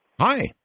Hi